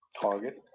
target,